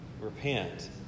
repent